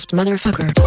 Motherfucker